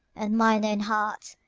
and mine own heart,